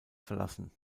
verlassen